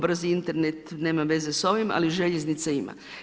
Brzi Internet nema veze s ovim ali željeznica ima.